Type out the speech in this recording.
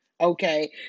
okay